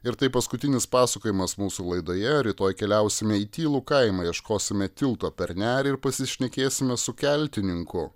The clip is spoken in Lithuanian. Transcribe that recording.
ir tai paskutinis pasakojimas mūsų laidoje rytoj keliausime į tylų kaimą ieškosime tilto per nerį ir pasišnekėsime su keltininku